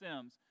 Sims